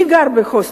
מי גר בהוסטלים?